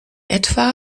etwa